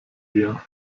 dir